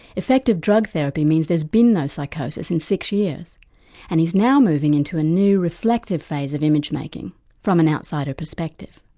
effective drug therapy means there's been no psychosis in six years and he's now moving into a new reflective phase of image-making from an outsider perspective.